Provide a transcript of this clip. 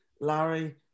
Larry